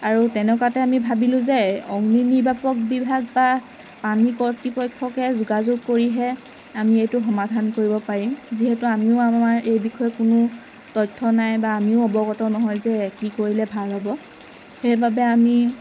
আৰু তেনেকুৱাতে আমি ভাবিলোঁ যে অগ্নিনিৰ্বাপক বিভাগ বা পানী কৰ্তৃপক্ষকে যোগাযোগ কৰিহে আমি এইটো সমাধান কৰিব পাৰিম যিহেতু আমিও আমাৰ এই বিষয়ে কোনো তথ্য নাই বা আমিও অৱগত নহয় যে কি কৰিলে ভাল হ'ব সেইবাবে আমি